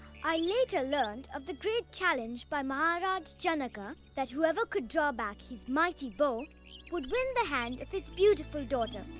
i later learned of the great challenge by maharaj janaka, that whoever could draw back his mighty bow would win the hand of his beautiful daughter,